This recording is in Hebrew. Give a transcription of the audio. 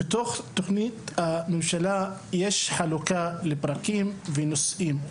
בתות תוכנית הממשלה יש חלוקה לפרקים ונושאים.